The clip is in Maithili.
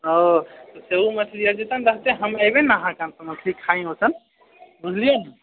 आ से ओ मछली आबि जेतै ने तऽ हम एबै ने अहाँकेँ हमसभ मछली खाइ ओहिठम बुझलिऐ ने